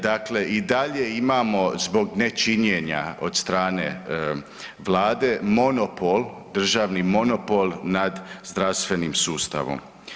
Dakle, i dalje imamo zbog nečinjenja od strane vlade monopol, državni monopol nad zdravstvenim sustavom.